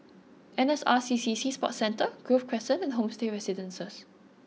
N S R C C Sea Sports Centre Grove Crescent and Homestay Residences